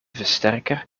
versterker